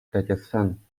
digestion